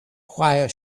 while